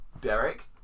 Derek